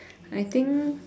I think